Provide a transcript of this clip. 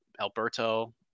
Alberto